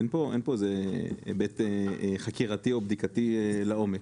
אין פה היבט חקירתי או בדיקתי לעומק.